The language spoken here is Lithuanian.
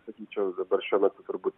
sakyčiau dabar šiuo metu turbūt